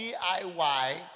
DIY